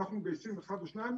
אנחנו מגייסים אחד ושניים.